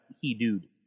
he-dude